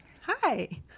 Hi